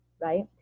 right